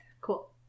Cool